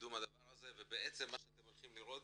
בקידום הדבר הזה ובעצם מה שאתם הולכים לראות